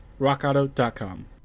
rockauto.com